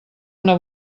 una